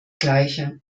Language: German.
gleiche